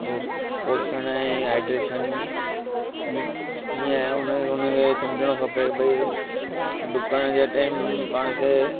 पोइ पोषण ऐं हाइड्रेशन जी कीअं आहे उनजो उनखे सम्झणो खपे भई डुकण जे टाइम पाण खे